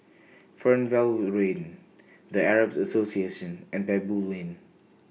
Fernvale Lane The Arab Association and Baboo Lane